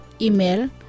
Email